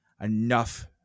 enough